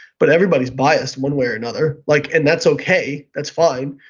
but everybody is biased one way or another. like and that's okay, that's fine.